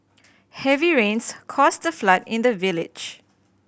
heavy rains caused the flood in the village